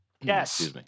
Yes